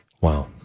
Wow